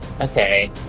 Okay